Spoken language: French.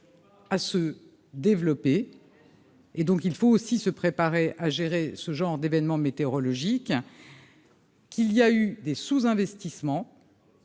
à se développer. Et donc, il faut aussi se préparer à gérer ce genre d'événements météorologiques. Qu'il y a eu des sous-investissement.